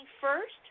first